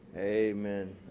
amen